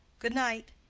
good night.